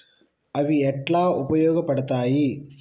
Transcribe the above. అవి ఎట్లా ఉపయోగ పడతాయి?